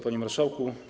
Panie Marszałku!